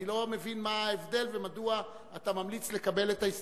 אני לא מבין מה ההבדל ומדוע אתה ממליץ לקבל את ההסתייגות,